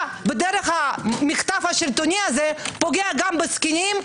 אתה בדרך המחטף השלטוני הזה פוגע גם בזקנים,